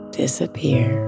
disappear